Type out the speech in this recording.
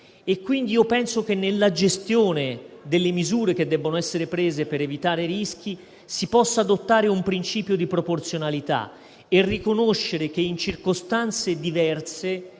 vicina. Penso che nella gestione delle misure che debbono essere prese per evitare rischi si possa adottare un principio di proporzionalità e riconoscere che, in circostanze diverse,